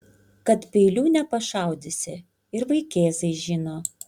kad peiliu nepašaudysi ir vaikėzai žino